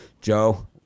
Joe